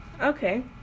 okay